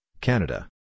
Canada